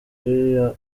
iriya